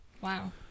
Wow